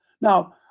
Now